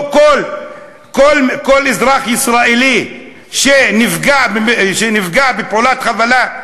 כל אזרח ישראלי שנפגע בפעולת חבלה,